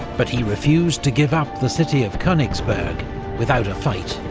but he refused to give up the city of konigsberg without a fight,